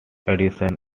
edition